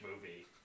movie